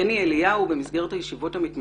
מבקר עירייה, לפגוע